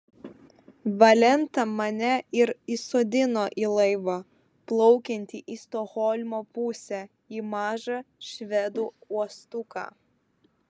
valenta mane ir įsodino į laivą plaukiantį į stokholmo pusę į mažą švedų uostuką